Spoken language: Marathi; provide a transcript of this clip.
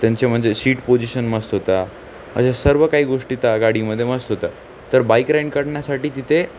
त्यांचे म्हणजे सीट पोजिशन मस्त होता अशा सर्व काही गोष्टी त्या गाडीमध्ये मस्त होता तर बाईक रेन्ट करण्यासाठी तिथे